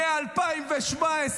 מ-2017,